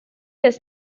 does